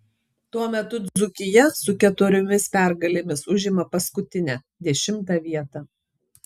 tuo metu dzūkija su keturiomis pergalėmis užima paskutinę dešimtą vietą